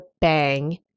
bang